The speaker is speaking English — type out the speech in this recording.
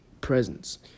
presence